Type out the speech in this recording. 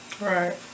Right